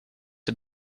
het